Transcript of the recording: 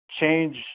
change